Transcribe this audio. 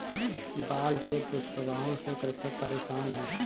बाढ़ के दुष्प्रभावों से कृषक परेशान है